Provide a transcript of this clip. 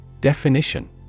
Definition